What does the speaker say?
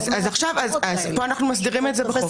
יש לא מעט משפחות כאלה --- אז פה אנחנו מסדירים את זה בחוק.